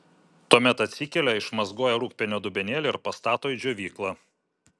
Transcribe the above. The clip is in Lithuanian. tuomet atsikelia išmazgoja rūgpienio dubenėlį ir pastato į džiovyklą